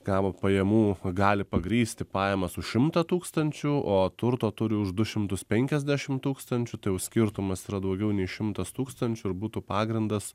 gavo pajamų gali pagrįsti pajamas už šimtą tūkstančių o turto turi už du šimtus penkiasdešim tūkstančių tai jau skirtumas yra daugiau nei šimtas tūkstančių ir būtų pagrindas